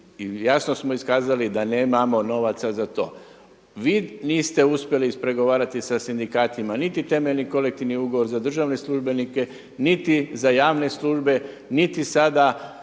i jasno smo iskazali da nemamo novaca za to. Vi niste uspjeli ispregovarati sa sindikatima niti temeljni kolektivni ugovor za državne službenike niti za javne službe niti sada